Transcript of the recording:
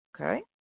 Okay